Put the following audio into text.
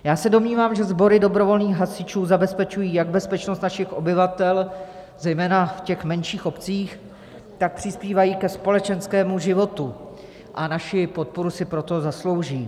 Já se domnívám, že sbory dobrovolných hasičů zabezpečují jak bezpečnost našich obyvatel, zejména v těch menších obcích, tak přispívají ke společenskému životu, a naši podporu si proto zaslouží.